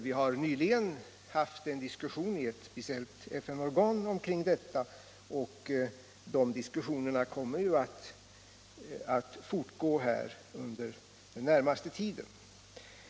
Vi har nyligen haft en diskussion i ett speciellt FN-organ om detta, och diskussionerna kommer att fortgå under den närmaste tiden.